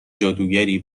جادوگری